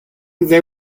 they